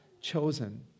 chosen